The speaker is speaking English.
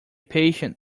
patience